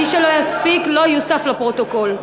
מי שלא יספיק לא יוסף לפרוטוקול.